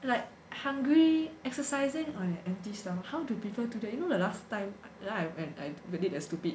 like hungry exercising on an empty stomach how do people do that you know the last time then I when I did a stupid